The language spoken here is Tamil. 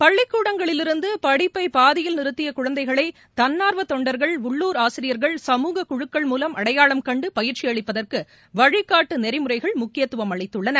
பள்ளிக்கூடங்களிலிருந்து படிப்பை பாதியில் நிறுத்திய குழந்தைகளை தன்னார்வ தொண்டர்கள் உள்ளுர் ஆசிரியர்கள் சமூக குழுக்கள் மூலம் அடையாளம் காண்டு பயிற்சி அளிப்பதற்கு வழிகாட்டு நெறிமுறைகள் முக்கியத்துவம் அளித்துள்ளன